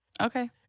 Okay